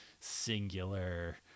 singular